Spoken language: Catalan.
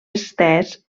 estès